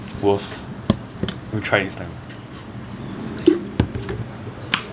worth will try next time